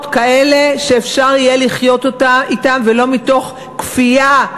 כאלה שאפשר יהיה לחיות אתן ולא מתוך כפייה,